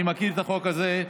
ואני מכיר את החוק הזה,